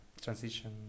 transition